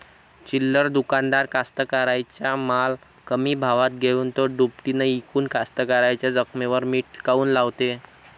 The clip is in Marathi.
चिल्लर दुकानदार कास्तकाराइच्या माल कमी भावात घेऊन थो दुपटीनं इकून कास्तकाराइच्या जखमेवर मीठ काऊन लावते?